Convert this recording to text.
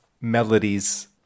melodies